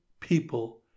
people